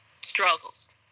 struggles